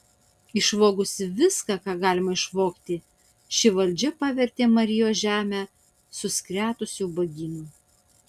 išvogusi viską ką galima išvogti ši valdžia pavertė marijos žemę suskretusiu ubagynu